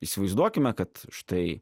įsivaizduokime kad štai